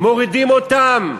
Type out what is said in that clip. מורידים אותם במחצית,